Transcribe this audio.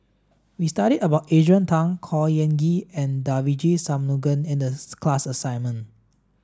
we studied about Adrian Tan Khor Ean Ghee and Devagi Sanmugam in the class assignment